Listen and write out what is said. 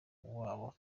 wabo